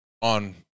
on